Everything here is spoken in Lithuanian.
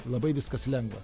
labai viskas lengva